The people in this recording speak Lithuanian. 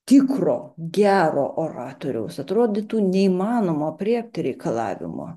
tikro gero oratoriaus atrodytų neįmanomo aprėpti reikalavimo